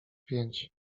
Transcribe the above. pięć